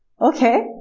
okay